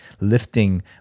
Lifting